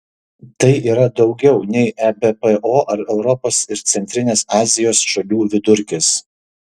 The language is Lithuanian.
tai yra daugiau nei ebpo ar europos ir centrinės azijos šalių vidurkis